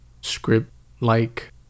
script-like